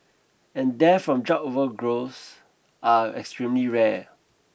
and deaths from drug overdose are extremely rare